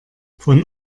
von